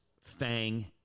Fang